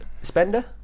spender